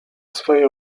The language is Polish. swej